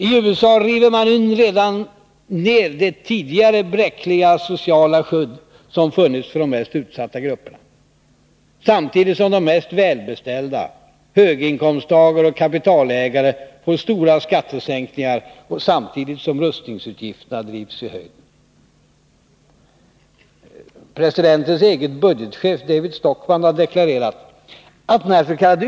I USA river man nu ner det redan tidigare bräckliga sociala skydd som funnits för de mest utsatta grupperna, samtidigt som de mest välbeställda, höginkomsttagare och kapitalägare, får stora skattesänkningar och samtidigt som rustningsutgifterna drivs i höjden. President Reagans egen budgetchef, David Stockman, har deklarerat att dens.k.